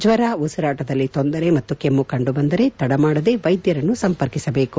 ಜ್ಲರ ಉಸಿರಾಟದಲ್ಲಿ ತೊಂದರೆ ಮತ್ತು ಕೆಮ್ನು ಕಂಡು ಬಂದಲ್ಲಿ ತಡಮಾಡದೆ ವೈದ್ಯರನ್ನು ಸಂಪರ್ಕಿಸಬೇಕು